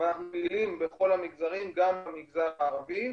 ואנחנו פעילים בכל המגזרים, גם במגזר הערבי.